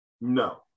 No